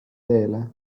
teele